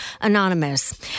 anonymous